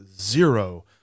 zero